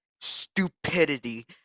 stupidity